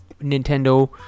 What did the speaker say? Nintendo